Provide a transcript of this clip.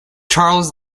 charles